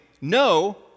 no